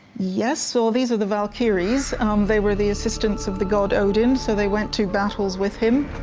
yes, so these are the valkyries they were the assistants of the god odin so they went to battles with him